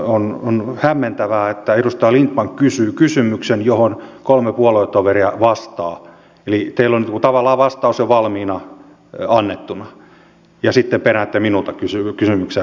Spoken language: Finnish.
on hämmentävää että edustaja lindtman kysyy kysymyksen johon kolme puoluetoveria vastaa eli teillä on tavallaan vastaus jo valmiina annettuna ja sitten peräätte minulta kysymykseen vastausta